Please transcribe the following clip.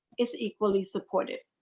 is equally supportive.